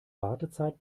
wartezeit